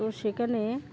তো সেখানে